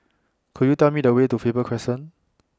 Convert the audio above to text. Could YOU Tell Me The Way to Faber Crescent